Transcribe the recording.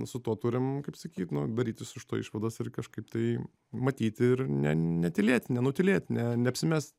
su tuo turim kaip sakyt nu darytis iš to išvadas ir kažkaip tai matyti ir ne netylėti nenutylėti ne neapsimest